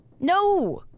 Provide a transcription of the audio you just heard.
No